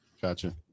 Gotcha